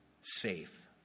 Safe